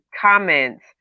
comments